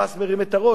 ה"חמאס" מרים את הראש.